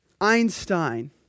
Einstein